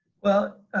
well,